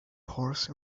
horse